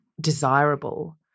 desirable